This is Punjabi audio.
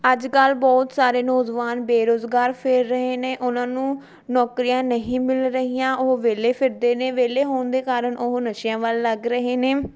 ਅੱਜ ਕੱਲ੍ਹ ਬਹੁਤ ਸਾਰੇ ਨੌਜਵਾਨ ਬੇਰੁਜ਼ਗਾਰ ਫਿਰ ਰਹੇ ਨੇ ਉਹਨਾਂ ਨੂੰ ਨੌਕਰੀਆਂ ਨਹੀਂ ਮਿਲ ਰਹੀਆਂ ਉਹ ਵਿਹਲੇ ਫਿਰਦੇ ਨੇ ਵਿਹਲੇ ਹੋਣ ਦੇ ਕਾਰਨ ਉਹ ਨਸ਼ਿਆਂ ਵੱਲ ਲੱਗ ਰਹੇ ਨੇ